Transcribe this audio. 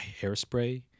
Hairspray